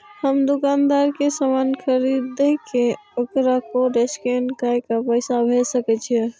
हम दुकानदार के समान खरीद के वकरा कोड स्कैन काय के पैसा भेज सके छिए?